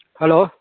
hello